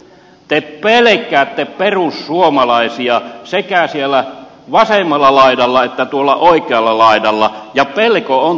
te pelkäätte perussuomalaisia sekä siellä vasemmalla laidalla että tuolla oikealla laidalla ja pelko on teillä aiheellinen